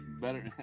Better